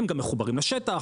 הם גם מחוברים לשטח.